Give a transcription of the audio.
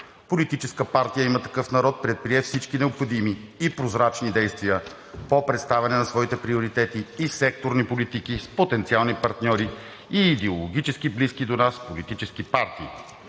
Политическа партия „Има такъв народ“ предприе всички необходими и прозрачни действия по представяне на своите приоритети и секторни политики с потенциални партньори и идеологически близки до нас политически партии.